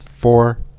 Four